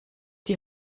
die